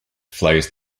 flows